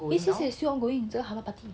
yes yes yes still ongoing 这个 hello party